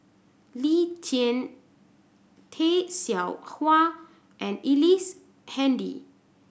Lee Tjin Tay Seow Huah and Ellice Handy